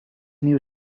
new